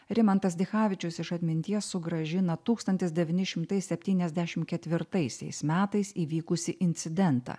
rimantas dichavičius iš atminties sugrąžina tūkstantis devyni šimtai septyniasdešim ketvirtaisiais metais įvykusį incidentą